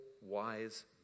wise